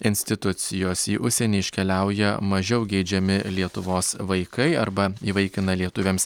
institucijos į užsienį iškeliauja mažiau geidžiami lietuvos vaikai arba įvaikina lietuviams